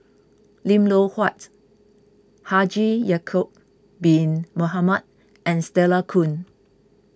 Lim Loh Huat Haji Ya'Acob Bin Mohamed and Stella Kon